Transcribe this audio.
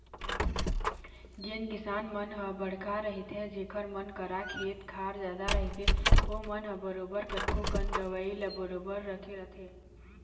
जेन किसान मन ह बड़का रहिथे जेखर मन करा खेत खार जादा रहिथे ओमन ह बरोबर कतको कन दवई ल बरोबर रखे रहिथे